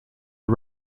are